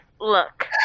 Look